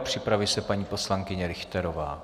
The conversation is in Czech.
Připraví se paní poslankyně Richterová.